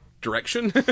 direction